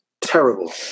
terrible